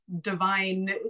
divine